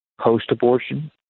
post-abortion